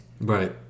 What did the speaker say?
Right